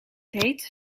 hete